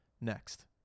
next